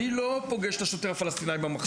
אני לא פוגש את השוטר הפלסטינאי במחסום.